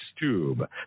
tube